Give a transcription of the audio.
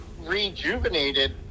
rejuvenated